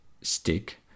stick